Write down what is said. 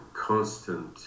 constant